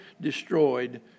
destroyed